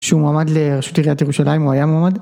שהוא מועמד לראשות עיריית ירושלים או היה מועמד